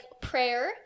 prayer